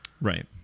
right